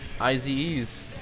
IZEs